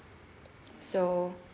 so